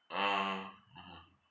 uh hold on